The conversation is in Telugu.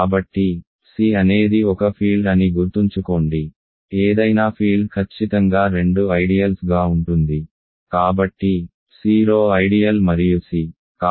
కాబట్టి C అనేది ఒక ఫీల్డ్ అని గుర్తుంచుకోండి ఏదైనా ఫీల్డ్ ఖచ్చితంగా రెండు ఐడియల్స్ గా ఉంటుంది కాబట్టి 0 ఐడియల్ మరియు C